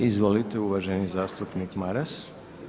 Izvolite uvaženi zastupnik Maras.